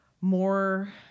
more